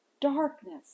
darkness